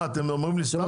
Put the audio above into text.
אתם אומרים לי סתם דברים?